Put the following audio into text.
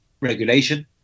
regulation